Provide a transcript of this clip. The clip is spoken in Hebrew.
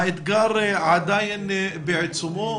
האתגר עדיין בעיצומו.